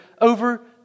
over